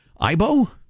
IBO